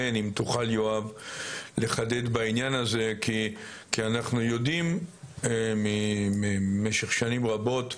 אם תוכל יואב לחדד בעניין הזה כי אנחנו יודעים משך שנים רבות,